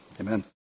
amen